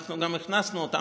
אנחנו גם הכנסנו אותו לנורבגים,